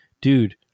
Dude